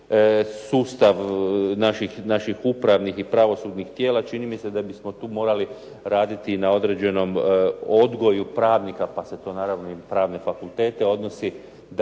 sustav naših upravnih i pravosudnih tijela. Čini mi se da bismo tu morali raditi na određenom odgoju pravnika pa se to naravno i pravne fakultete odnosi da